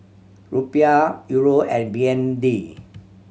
Rupiah Euro and B N D